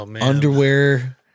underwear